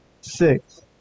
six